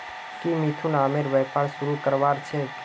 की मिथुन आमेर व्यापार शुरू करवार छेक